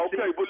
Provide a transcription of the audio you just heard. Okay